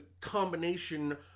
combination